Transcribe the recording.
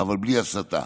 אבל בלי הסתה.